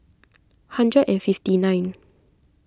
hundred and fifty nine